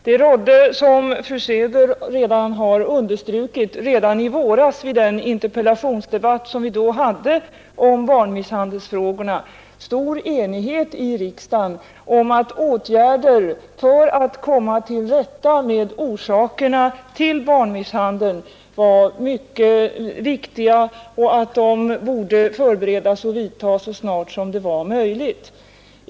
Det rådde, som fru Söder redan har understrukit, vid den interpellationsdebatt som vi hade i våras om barnmisshandelsfrågorna, stor enighet i riksdagen om att åtgärder för att komma till rätta med orsakerna till barnmisshandeln var mycket viktiga och borde förberedas och vidtas så snart som det var möjligt.